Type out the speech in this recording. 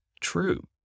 true